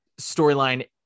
storyline